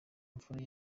imfura